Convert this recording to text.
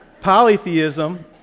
Polytheism